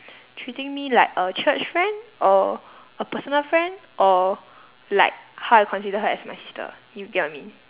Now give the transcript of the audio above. treating me like a church friend or a personal friend or like how I consider her as my sister you get what I mean